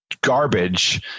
garbage